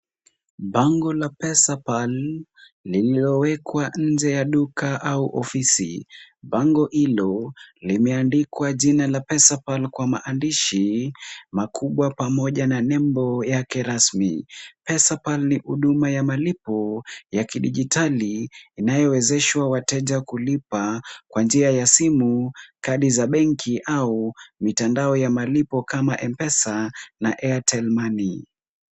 Bango la pesa pal lililowekwa nje ya duka au ofisi. Bango hilo limeandikwa jina la pesa pal [ cs] kwa maandishi makubwa pamoja na nembo yake kirasmi. Pesa pal ni huduma ya malipo ya kidijitali inayowezeshwa wateja kulipa kwa njia ya simu, kadi za benki au mitandao ya malipo kama m-pesa na airtel money .